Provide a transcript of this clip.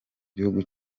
gihugu